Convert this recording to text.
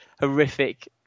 horrific